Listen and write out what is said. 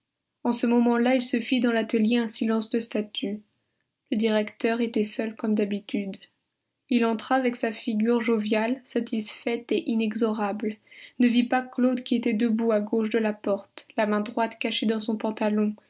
en ce moment-là il se fit dans l'atelier un silence de statues le directeur était seul comme d'habitude il entra avec sa figure joviale satisfaite et inexorable ne vit pas claude qui était debout à gauche de la porte la main droite cachée dans son pantalon